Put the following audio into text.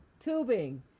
Tubing